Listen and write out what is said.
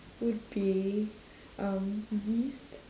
would be um yeast